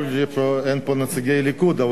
אין פה נציגי ליכוד,